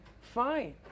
fine